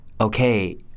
okay